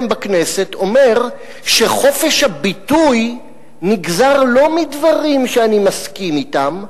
בכנסת אומר שחופש הביטוי נגזר לא מדברים שאני מסכים אתם,